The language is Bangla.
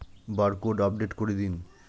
বারকোড আপডেট করে দিন?